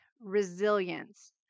resilience